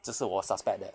这是我 suspect 的